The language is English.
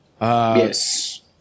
Yes